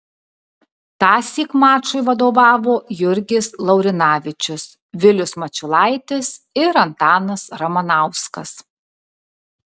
tąsyk mačui vadovavo jurgis laurinavičius vilius mačiulaitis ir antanas ramanauskas